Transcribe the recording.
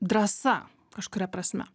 drąsa kažkuria prasme